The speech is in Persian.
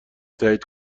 تایید